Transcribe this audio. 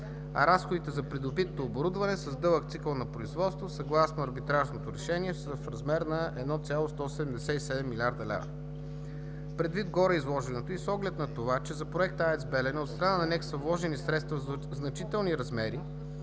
а разходите за придобито оборудване с дълъг цикъл на производство съгласно арбитражното решение са в размер на 1,177 млрд. лв. Предвид на гореизложеното и с оглед на това, че за проекта „АЕЦ „Белене“ от страна на НЕК са вложени средства в значителни размери